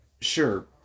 Sure